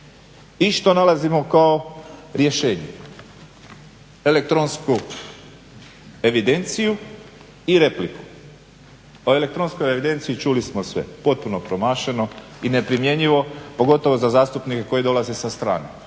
I što nalazimo kao rješenje? Elektronsku evidenciju i repliku. O elektronskoj evidenciji čuli smo sve. Potpuno promašeno i neprimjenjivo, pogotovo za zastupnike koji dolaze sa strane.